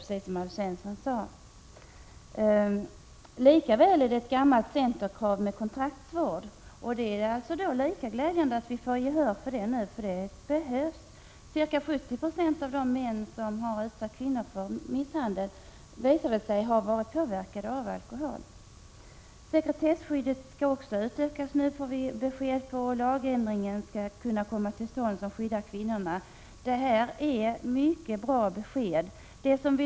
Likaså är kravet på kontraktsvård ett gammalt centerkrav, men det är lika glädjande att vi får gehör för det nu. Det behövs — ca 70 90 av de män som har utsatt kvinnor för misshandel har visat sig vara påverkade av alkohol. Också sekretesskyddet skall utökas, får vi besked om, och lagändringar som skall kunna skydda kvinnorna skall komma till stånd. Detta är mycket bra besked.